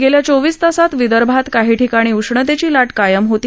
गेल्या चोवीस तासात विदर्भात काही ठिकाणी उष्णतेची लाट कायम होती